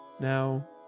Now